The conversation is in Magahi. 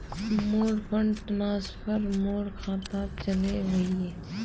मोर फंड ट्रांसफर मोर खातात चले वहिये